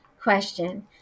question